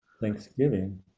thanksgiving